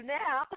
now